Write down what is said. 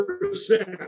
percent